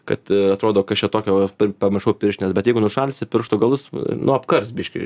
kad atrodo kas čia tokio pamiršau pirštines bet jeigu nušalsi pirštų galus nu apkars biškį